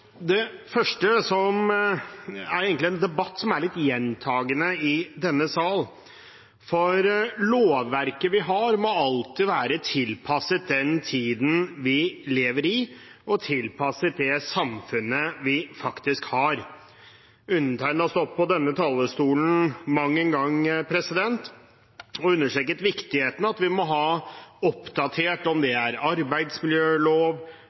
lovverket vi har, må alltid være tilpasset den tiden vi lever i, og det samfunnet vi faktisk har. Undertegnede har stått på denne talerstolen mang en gang og understreket viktigheten av at vi må ha et oppdatert loverk – en arbeidsmiljølov,